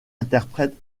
interprète